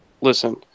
Listen